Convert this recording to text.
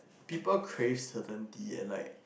people create certainy and like